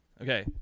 Okay